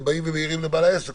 הם מעירים לבעל העסק.